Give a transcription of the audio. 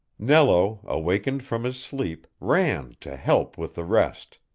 nello, awakened from his sleep, ran to help with the rest